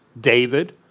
David